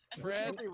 Fred